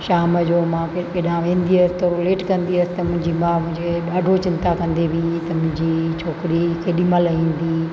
शाम जो मां केॾा वेंदी हुअसि त उहा लेट कंदी हुअसि त मुंहिंजी माउ मुंहिंजे ॾाढो चिंता कंदी हुई त मुंहिंजी छोकिरी केॾीमहिल ईंदी